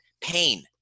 pain